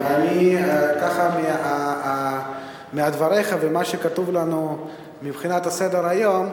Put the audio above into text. נכון, מדבריך וממה שכתוב לנו מבחינת סדר-היום,